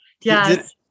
Yes